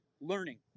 learning